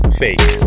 fake